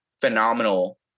phenomenal